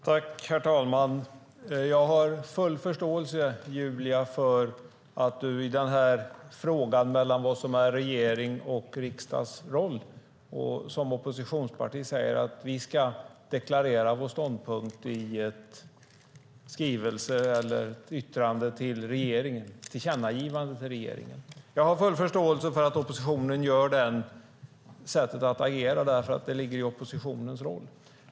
Herr talman! Jag har full förståelse, Julia Kronlid, för att du som företrädare för ett oppositionsparti i frågan om vad som är regeringens och vad som är riksdagens roll säger att vi ska deklarera vår ståndpunkt i ett tillkännagivande till regeringen. Jag har full förståelse för att oppositionen använder det sättet att agera, därför att det ligger i oppositionens roll.